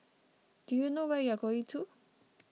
do you know where you're going to